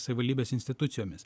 savivaldybės institucijomis